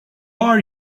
are